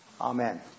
Amen